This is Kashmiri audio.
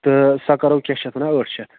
تہٕ سۄ کَرو کیٛاہ چھِ اَتھ وَنان ٲٹھ شتھ